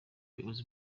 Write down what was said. ubuyobozi